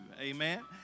amen